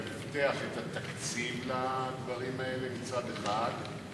תבטיח את התקציב לדברים האלה מצד אחד,